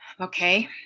Okay